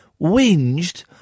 whinged